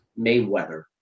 Mayweather